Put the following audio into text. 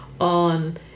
on